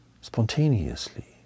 spontaneously